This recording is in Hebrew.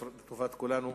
לטובת כולנו,